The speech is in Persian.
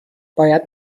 باید